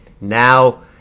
now